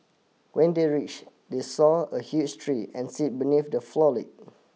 when they reached they saw a huge tree and seat beneath the foliage